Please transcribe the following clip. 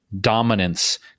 dominance